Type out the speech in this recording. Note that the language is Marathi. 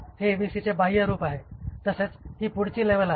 हे एबीसीचे बाह्यरूप आहे तसेच ही पुढची लेवल आहे